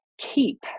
keep